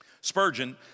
Spurgeon